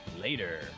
later